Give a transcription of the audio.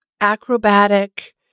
acrobatic